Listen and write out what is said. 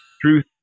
Truth